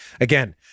Again